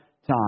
time